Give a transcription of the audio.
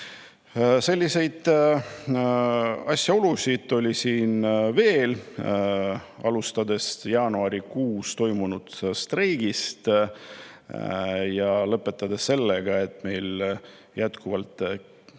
Selliseid asjaolusid oli veel, alustades jaanuarikuus toimunud streigist ja lõpetades sellega, et jätkuvalt